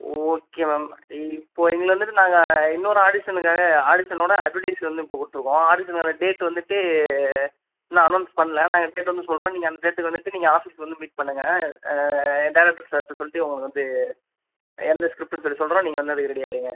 okay ma'am இப்போது எங்களை வந்துட்டு நாங்கள் இன்னோரு ஆடிஷனுக்காக ஆடிஷனோடய அட்வடைஸ் வந்து இப்போ கொடுத்துருக்கோம் ஆடிஷன் ஆன டேட் வந்துட்டு இன்னும் அனௌன்ஸ் பண்ணலை நாங்கள் கேட்டு வந்து சொல்கிறோம் நீங்கள் அந்த டேட்டுக்கு வந்துவிட்டு நீங்கள் ஆஃபிஸ்க்கு வந்து மீட் பண்ணுங்கள் டேரக்டர் சார்கிட்ட சொல்லிட்டு உங்களுக்கு வந்து எந்த ஸ்கிரிப்ட்டுன்னு சொல்லி சொல்கிறோம் நீங்கள் வந்து அதுக்கு ரெடியாகிடுங்க